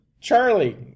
charlie